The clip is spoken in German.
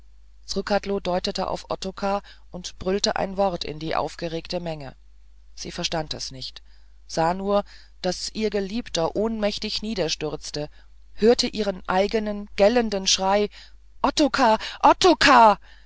deutete auf ottokar und brüllte ein wort in die aufgeregte menge sie verstand es nicht sah nur daß ihr geliebter ohnmächtig niederstürzte hörte ihren eigenen gellenden schrei ottokar ottokar